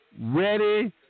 ready